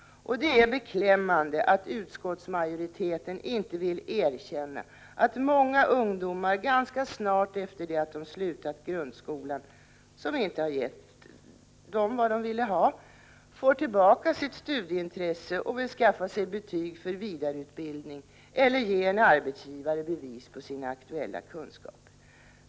Det är beklämmande att utskottsmajoriteten inte vill erkänna att många ungdomar ganska snart efter det att de slutat grundskolan — som inte gett dem vad de ville ha — får tillbaka sitt studieintresse och vill skaffa sig vidareutbildning eller ge en arbetsgivare bevis på sina aktuella kunskaper.